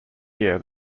year